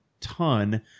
ton